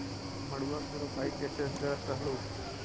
मड़उआ की रोपाई कैसे करत रहलू?